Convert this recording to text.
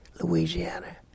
Louisiana